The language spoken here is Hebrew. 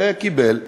וקיבל,